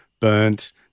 burnt